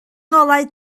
ngolau